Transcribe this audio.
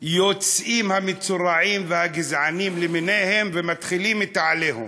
יוצאים המצורעים והגזענים למיניהם ומתחילים את ה"עליהום".